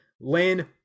Lynn